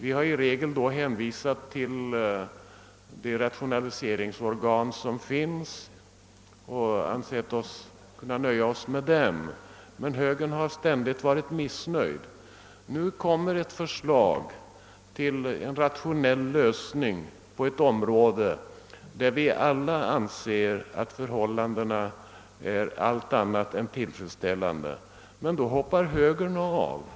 I regel har vi då hänvisat till de rationaliseringsorgan som finns och ansett att man borde kunna nöja sig med vad dessa organ uträttar, men högern har varit ständigt missnöjd. Nu framlägges ett förslag till en rationell lösning av problemen på ett område, där de nuvarande förhållandena är allt annat än tillfredsställande, såsom vi alla anser. Men då hoppar högern plötsligt av!